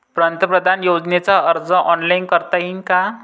पंतप्रधान योजनेचा अर्ज ऑनलाईन करता येईन का?